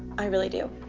i really do.